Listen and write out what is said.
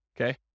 okay